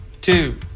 two